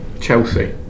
Chelsea